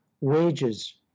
wages